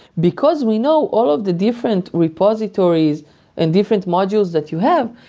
because we know all of the different repositories and different modules that you have,